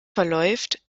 verläuft